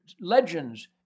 legends